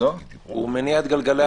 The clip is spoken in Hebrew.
הוא מניע את גלגלי המהפכה.